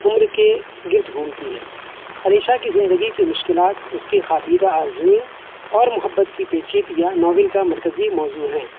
عمر کے گرد گھومتی ہے علیشہ کی زندگی کی مشکلات اس کے خوابیدہ آرزوئیں اور محبت کی پیچیدگیاں ناول کا مرکزی موضوع ہیں